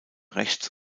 rechts